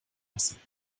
lassen